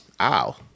ow